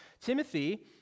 Timothy